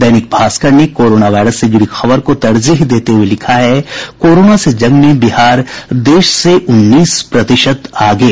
दैनिक भास्कर ने corona virus से जुड़ी खबर को तरजीह देते हुये लिखा है कोरोना से जंग में बिहार देश से उन्नीस प्रतिशत आगे